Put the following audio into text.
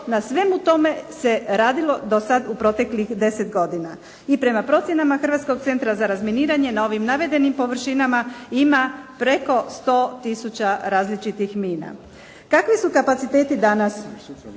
na svemu tome se radilo do sad u proteklih deset godina. I prema procjenama Hrvatskog centra za razminiranje na ovim navedenim površinama ima preko 100000 različitih mina. Kakvi su kapaciteti danas?